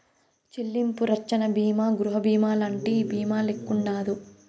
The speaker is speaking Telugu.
చెల్లింపు రచ్చన బీమా గృహబీమాలంటి బీమాల్లెక్కుండదు